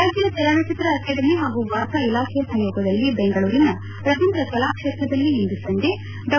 ರಾಜ್ಯ ಚಲನಚಿತ್ರ ಅಕಾಡೆಮಿ ಹಾಗೂ ವಾರ್ತಾ ಇಲಾಖೆ ಸಹಯೋಗದಲ್ಲಿ ಬೆಂಗಳೂರಿನ ರವೀಂದ್ರ ಕಲಾಕ್ಷೇತ್ರದಲ್ಲಿ ಡಾ